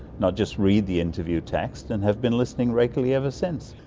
not just read the interview text, and have been listening regularly ever since.